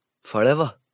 Forever